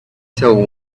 till